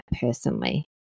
personally